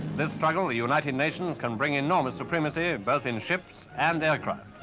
this struggle the united nations can bring enormous supremacy, both in ships and aircraft.